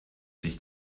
sich